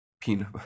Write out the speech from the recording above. Peanut